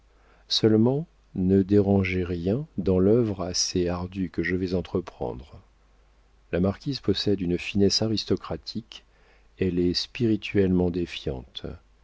seulement ne dérangez rien dans l'œuvre assez ardue que je vais entreprendre la marquise possède une finesse aristocratique elle est spirituellement défiante